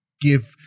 give